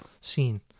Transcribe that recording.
scene